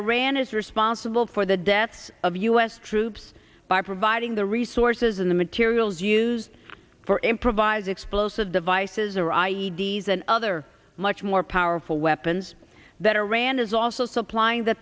iran is responsible for the deaths of u s troops by providing the resources in the materials used for improvised explosive devices or i d s and other much more powerful weapons that iran is also supplying the